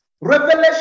Revelation